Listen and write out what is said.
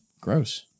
Gross